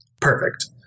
Perfect